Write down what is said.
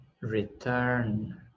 return